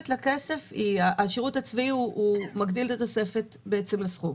והשירות הצבאי מגדיל את התוספת לסכום.